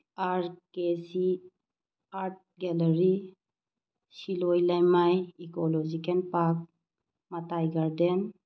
R K ꯁꯤ art gallery ꯁꯤꯂꯣꯏ ꯂꯩꯃꯥꯏ ꯏꯀꯣꯂꯣꯖꯤꯀꯦꯜ ꯄꯥꯛ ꯃꯇꯥꯏ ꯒꯥꯔꯗꯦꯟ